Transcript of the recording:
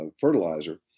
fertilizer